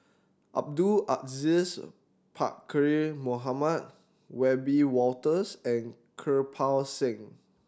Abdul Aziz Pakkeer Mohamed Wiebe Wolters and Kirpal Singh